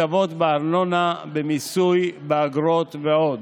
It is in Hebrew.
הטבות בארנונה, במיסוי, באגרות ועוד.